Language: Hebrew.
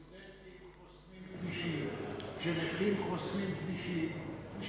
כשסטודנטים חוסמים כבישים, כשנכים חוסמים כבישים,